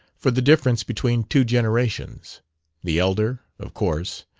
for the difference between two generations the elder, of course,